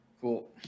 Cool